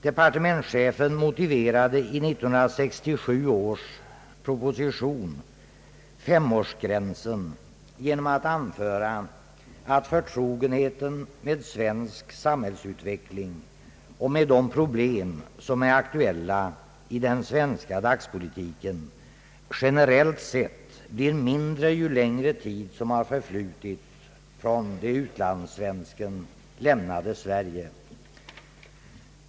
Departementschefen motiverade i 1967 års proposition femårsgränsen genom att anföra att förtrogenheten med svensk samhällsutveckling och med de problem som är aktuella i den svenska dagspolitiken generellt sett blir mindre ju längre tid som förflutit från det utlandssvensken lämnade Sverige.